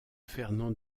fernand